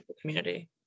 community